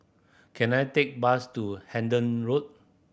can I take bus to Hendon Road